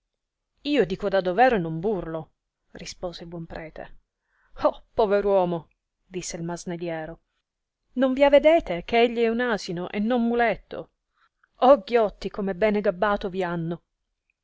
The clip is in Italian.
io dico da dovero e non burlo rispose il buon prete oh povero uomo disse il masnadiero non vi avedete che egli è un asino e non muletto oh ghiotti come bene gabbato vi hanno